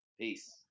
peace